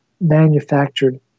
manufactured